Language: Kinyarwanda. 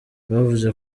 bavuze